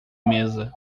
mesa